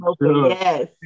Yes